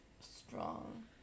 strong